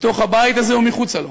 בתוך הבית הזה ומחוצה לו,